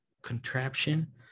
contraption